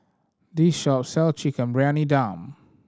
this shop sell Chicken Briyani Dum